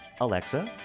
Alexa